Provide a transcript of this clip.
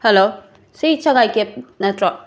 hello ꯁꯤ ꯁꯪꯉꯥꯏ ꯀꯦꯞ ꯅꯠꯇ꯭ꯔꯣ